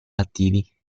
attivi